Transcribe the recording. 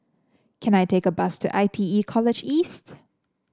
can I take a bus to I T E College East